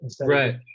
Right